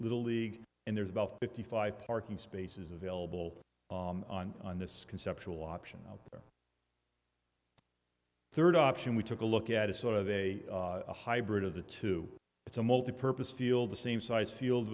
little league and there's about fifty five parking spaces available on this conceptual option or third option we took a look at is sort of a hybrid of the two it's a multi purpose field the same size field